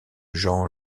jean